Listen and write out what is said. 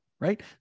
right